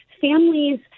families